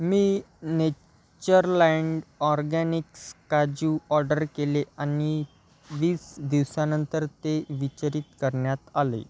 मी Natureland organics काजू order केले आणि वीस दिवसानंतर ते वितरित करण्यात आले